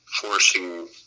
forcing